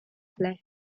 flesh